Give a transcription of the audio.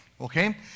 okay